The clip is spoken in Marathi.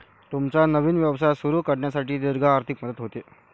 तुमचा नवीन व्यवसाय सुरू करण्यासाठी दीर्घ आर्थिक मदत होते